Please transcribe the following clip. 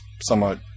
somewhat